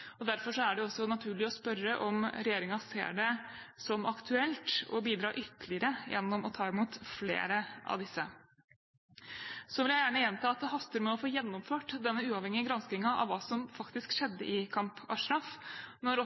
er det også naturlig å spørre om regjeringen ser det som aktuelt å bidra ytterligere gjennom å ta imot flere av disse. Så vil jeg gjerne gjenta at det haster med å få gjennomført denne uavhengige granskingen av hva som faktisk skjedde i Camp Ashraf. Når